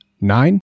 Nine